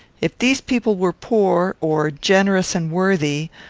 if these people were poor, or generous and worthy,